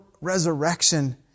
resurrection